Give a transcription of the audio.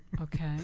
Okay